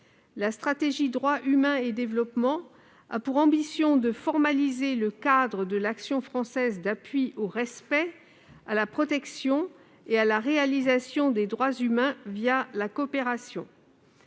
La stratégie Droits humains et développement a pour ambition de formaliser le cadre de l'action française d'appui au respect, à la protection et à la réalisation des droits humains la coopération.